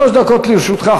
שלוש דקות לרשותך,